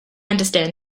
understand